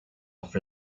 for